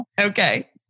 okay